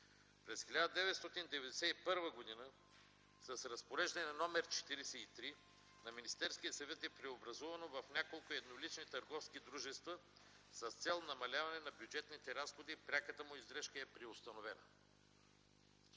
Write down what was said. През 1991 г. с Разпореждане № 43 на Министерския съвет е преобразувано в няколко еднолични търговски дружества с цел намаляване на бюджетните разходи и пряката му издръжка е преустановена.